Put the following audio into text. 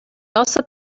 also